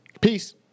Peace